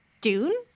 Dune